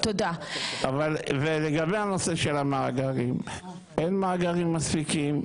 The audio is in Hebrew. לגבי הנושא של המאגרים - אין מאגרים מספיקים.